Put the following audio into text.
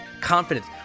confidence